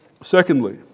Secondly